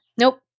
Nope